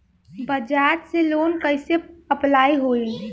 बजाज से लोन कईसे अप्लाई होई?